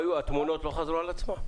התמונות לא חזרו על עצמן?